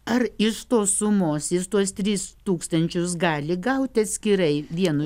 ar iš tos sumos jis tuos tris tūkstančius gali gaut atskirai vienu